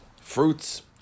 fruits